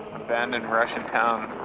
abandoned russian town.